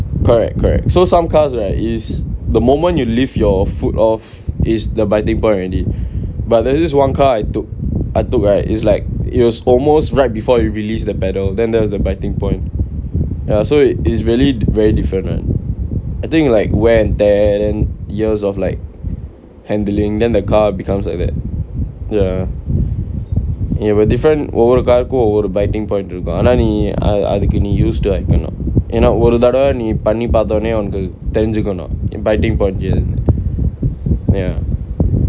correct correct so some cars right is the moment you lift your foot off is the biting point already but there's this one car I took I took right is like it was almost right before you released the pedal then there's the biting point ya so it it's really very different one I think like wear and tear then like years of like handling then the car becomes like that ya with different ஒவ்வொரு:ovvoru car கும் ஒவ்வொரு:kum ovvoru biting point இருக்கும் ஆனா நீ அதுக்கு நீ:aanaa nee athukku nee used ஆயிக்கனும் ஏனா ஒரு தடவ நீ பண்ணி பாத்தோன உனக்கு தெரிஞ்சுக்கனும்:aayikkanum yaenaa oru thadava nee panni paathona unakku therinjukkanum biting point எதுனு:ethunu ya